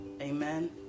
Amen